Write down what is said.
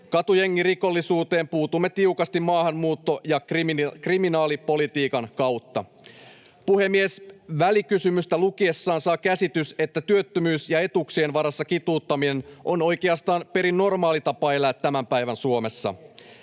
Katujengirikollisuuteen puutumme tiukasti maahanmuutto- ja kriminaalipolitiikan kautta. Puhemies! Välikysymystä lukiessaan saa käsityksen, että työttömyys ja etuuksien varassa kituuttaminen on oikeastaan perin normaali tapa elää tämän päivän Suomessa.